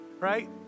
right